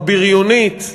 הבריונית,